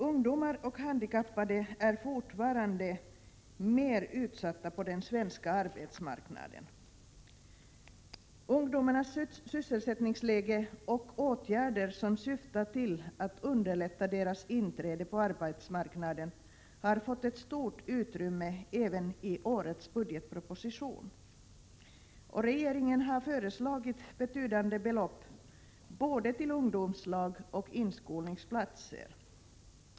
Ungdomar och handikappade är fortfarande mer utsatta än andra på den svenska arbetsmarknaden. Ungdomarnas sysselsättningsläge och åtgärder som syftar till att underlätta deras inträde på arbetsmarknaden har fått ett stort utrymme även i årets budgetproposition, och regeringen har föreslagit betydande belopp både till ungdomslag och till inskolningsplatser.